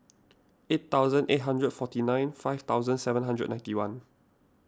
eight thousand eight hundred and forty nine five thousand seven hundred and ninety one